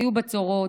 היו בצורות,